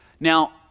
Now